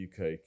UK